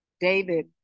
David